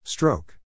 Stroke